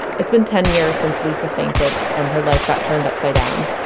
it's been ten years since lisa fainted and her life got turned upside down.